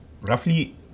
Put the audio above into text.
roughly